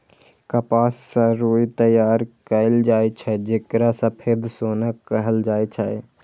कपास सं रुई तैयार कैल जाए छै, जेकरा सफेद सोना कहल जाए छै